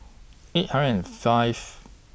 eight hundred and five